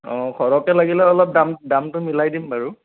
অ ঘৰতে লাগিলে অলপ দাম দামটো মিলাই দিম বাৰু